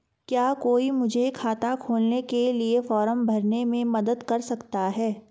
क्या कोई मुझे खाता खोलने के लिए फॉर्म भरने में मदद कर सकता है?